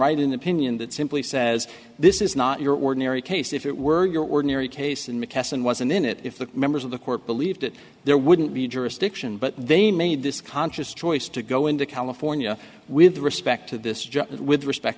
write in opinion that simply says this is not your ordinary case if it were your ordinary case and mckesson wasn't in it if the members of the court believed it there wouldn't be jurisdiction but they made this conscious choice to go into california with respect to this with respect